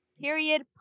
period